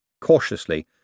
Cautiously